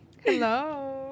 Hello